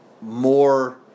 more